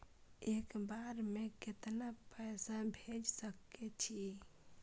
एक बार में केतना पैसा भेज सके छी?